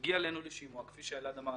הגיע אלינו לשימוע כפי שאלעד אמר,